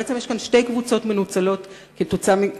בעצם יש כאן שתי קבוצות מנוצלות כתוצאה